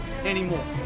anymore